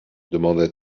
demanda